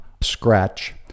scratch